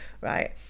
right